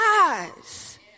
eyes